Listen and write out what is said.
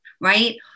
Right